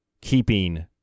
keeping